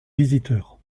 visiteurs